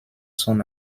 son